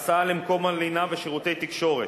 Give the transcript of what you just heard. הסעה למקום הלינה ושירותי תקשורת,